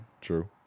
True